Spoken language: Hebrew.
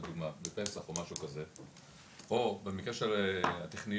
לדוגמא, בפסח, או משהו כזה, או במקרה של הטכניון,